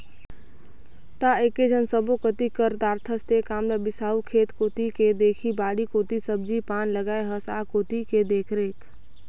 त एकेझन सब्बो कति कर दारथस तें काम ल बिसाहू खेत कोती के देखही बाड़ी कोती सब्जी पान लगाय हस आ कोती के देखरेख